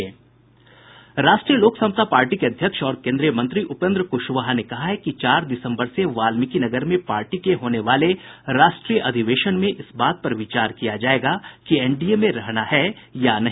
राष्ट्रीय लोक समता पार्टी के अध्यक्ष और केन्द्रीय मंत्री उपेन्द्र क्शवाहा ने कहा है कि चार दिसम्बर से वाल्मिकीनगर में पार्टी के होने वाले राष्ट्रीय अधिवेशन में इस बात पर विचार किया जायेगा कि एनडीए में रहना है या नहीं